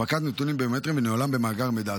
הפקת נתונים ביומטריים וניהולם במאגר המידע,